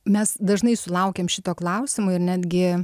mes dažnai sulaukiam šito klausimo ir netgi